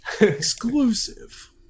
exclusive